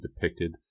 depicted